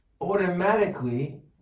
automatically